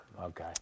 okay